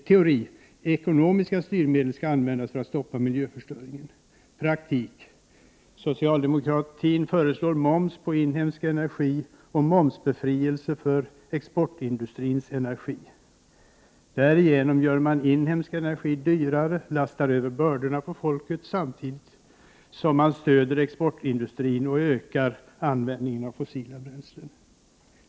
Teori: Ekonomiska styrmedel skall användas för att stoppa miljöförstöringen. Praktik: Socialdemokratin föreslår moms på inhemsk energi och momsbefrielse för exportindustrins energi. Därigenom gör man inhemsk energi dyrare. Dessutom lastar man över bördor på folket, samtidigt som man stödjer exportindustrin och ökar användningen av fossila bränslen.